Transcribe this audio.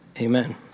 Amen